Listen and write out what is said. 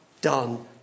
done